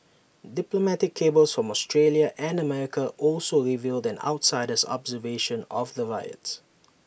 diplomatic cables from Australia and America also revealed an outsider's observation of the riots